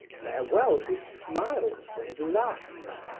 farewell to smiles and laughter!